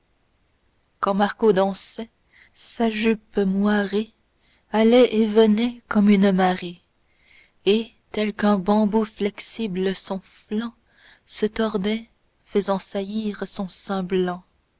quand marco dansait sa jupe moirée allait et venait comme une marée et tel qu'un bambou flexible son flanc se tordait faisant saillir son